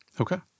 Okay